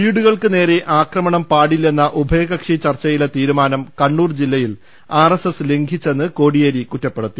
വീടുകൾക്കുനേരെ ആക്രമണം പാടി ല്ലെന്ന ഉഭയകക്ഷി ചർച്ചയിലെ തീരുമാനം കണ്ണൂർ ജില്ല യിൽ ആർ എസ് എസ് ലംഘിച്ചെന്ന് കോടിയേരി കുറ്റ പ്പെടുത്തി